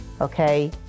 okay